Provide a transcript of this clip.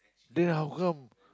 then how come